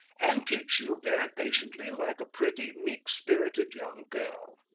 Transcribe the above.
and teach you very patiently, like a pretty, meek-spirited young girl.